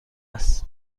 است